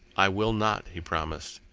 i will not, he promised.